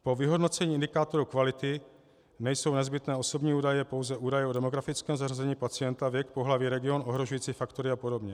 Pro vyhodnocení indikátoru kvality nejsou nezbytné osobní údaje, pouze údaje o demografickém zařazení pacienta, věk, pohlaví, region, ohrožující faktory apod.